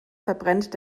verbrennt